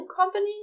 company